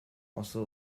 also